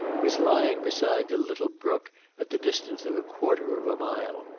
was lying beside a little brook at the distance of a quarter of a mile.